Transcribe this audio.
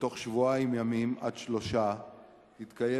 ובתוך שבועיים ימים עד שלושה שבועות תתקיים